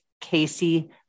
Casey